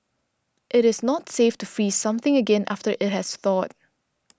it is not safe to freeze something again after it has thawed